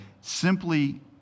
simply